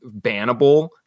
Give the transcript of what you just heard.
bannable